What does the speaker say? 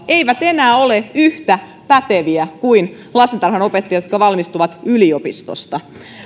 eivät enää ole yhtä päteviä kuin lastentarhanopettajat jotka valmistuvat yliopistosta